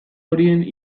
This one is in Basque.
horien